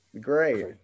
great